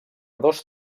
dos